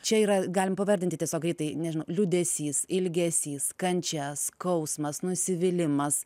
čia yra galim pavardinti tiesiogiai greitai tai yra liūdesys ilgesys kančia skausmas nusivylimas